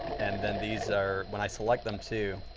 and then these are, when i select them too,